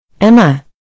Emma